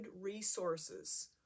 resources